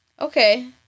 Okay